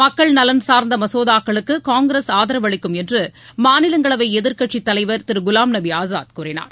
மக்கள் நலன் சார்ந்த மசோதாக்களுக்கு காங்கிரஸ் ஆதரவு அளிக்கும் என்று மாநிலங்களவை எதிர்க்கட்சித் தலைவர் திரு குலாம் நபி ஆஸாத் கூறினார்